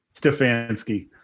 Stefanski